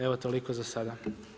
Evo toliko za sada.